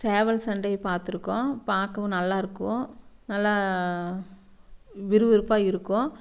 சேவல் சண்டையை பார்த்துருக்கோம் பார்க்கவும் நல்லா இருக்கும் நல்லா விறுவிறுப்பாக இருக்கும்